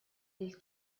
del